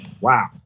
Wow